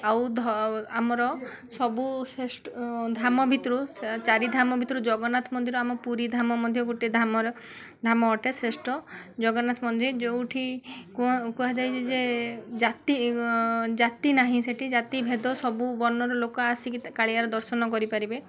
ଆଉ ଆମର ସବୁ ଶ୍ରେଷ୍ଠ ଧାମ ଭିତରୁ ଚାରିଧାମ ଭିତରୁ ଜଗନ୍ନାଥ ମନ୍ଦିର ଆମ ପୁରୀ ଧାମ ମଧ୍ୟ ଗୋଟେ ଧାମର ଧାମ ଅଟେ ଶ୍ରେଷ୍ଠ ଜଗନ୍ନାଥ ମନ୍ଦିର ଯେଉଁଠି କୁହାଯାଇଛି ଯେ ଜାତି ଜାତି ନାହିଁ ସେଠି ଜାତି ଭେଦ ସବୁ ବର୍ଣ୍ଣର ଲୋକ ଆସିକି କାଳିଆର ଦର୍ଶନ କରିପାରିବେ